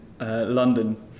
London